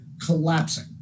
collapsing